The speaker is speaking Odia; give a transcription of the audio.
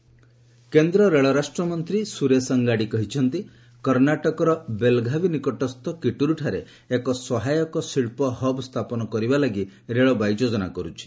ରେଲଓ୍ୱେଜ୍ ଅଙ୍ଗାଡ଼ି କେନ୍ଦ୍ର ରେଳରାଷ୍ଟ୍ରମନ୍ତ୍ରୀ ସୁରେଶ ଅଙ୍ଗାଡ଼ି କହିଛନ୍ତି କର୍ଣ୍ଣାଟକର ବେଲଘାବୀ ନିକଟସ୍ଥ କିଟୁରୁଠାରେ ଏକ ସହାୟକ ଶିଳ୍ପ ହବ୍ ସ୍ଥାପନ କରିବା ଲାଗି ରେଳବାଇ ଯୋଜନା କରୁଛି